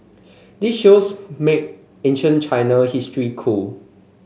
this shows made ancient China history cool